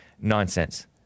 nonsense